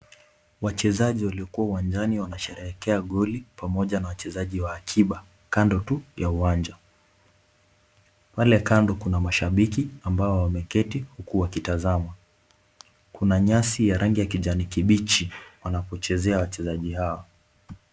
Wachezaji walikuwa wanjani wanasherehekea goli pamoja na wachezaji wa akiba, kando tu ya uwanja. Pale kando kuna mashabiki ambao wameketi huku wakitazama. Kuna nyasi ya rangi ya kijani kibichi wanapochezea wachezaji hao.